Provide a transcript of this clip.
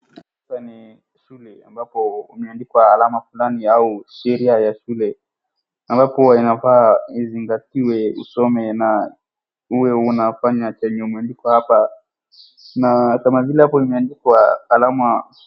Hapa ni shule ambapo kumeandikwa alama fulani au sheria ya shule, ambapo inafaa zizingatie usomi na uwe unafanya chenye imeandikwa hapa na kama vile hapo imeandikwa alama.